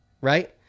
right